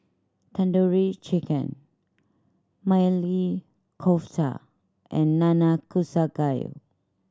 Tandoori Chicken Maili Kofta and Nanakusa Gayu